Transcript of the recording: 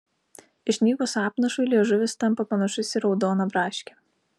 išnykus apnašui liežuvis tampa panašus į raudoną braškę